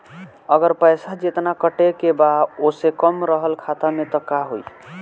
अगर पैसा जेतना कटे के बा ओसे कम रहल खाता मे त का होई?